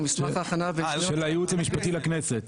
של היעוץ המשפטי לכנסת.